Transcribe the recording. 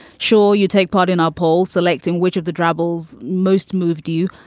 sure. you take part in our poll selecting which of the troubles most moved you.